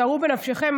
שערו בנפשכם,